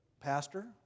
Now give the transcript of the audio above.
pastor